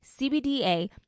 CBDA